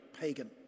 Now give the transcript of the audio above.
pagan